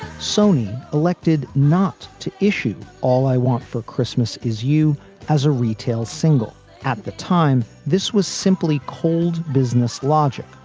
sony elected not to issue. all i want for christmas is you as a retail single at the time. this was simply cold business logic,